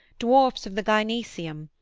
dwarfs of the gynaeceum,